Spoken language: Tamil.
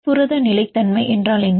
புரத நிலைத்தன்மை என்றால் என்ன